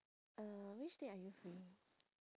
uh which date are you free